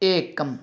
एकम्